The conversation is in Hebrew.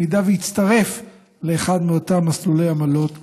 אם יצטרפו לאחד מאותם מסלולי עמלות מוצעים.